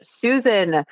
Susan